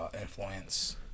influence